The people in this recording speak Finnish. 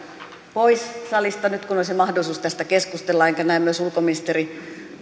pois salista nyt kun olisi mahdollisuus tästä keskustella enkä näe myöskään ulkoministeri